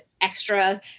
extra